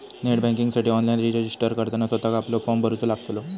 net बँकिंगसाठी online registered करताना स्वतःक आपलो फॉर्म भरूचो लागतलो